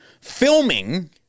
filming